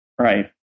Right